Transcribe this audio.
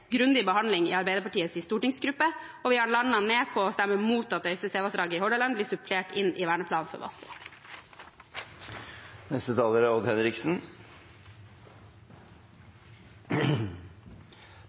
grundig igjennom dette, vi har hatt en grundig behandling i Arbeiderpartiets stortingsgruppe, og vi har landet på å stemme imot at Øystesevassdraget i Hordaland blir supplert inn i Verneplan for vassdrag.